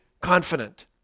confident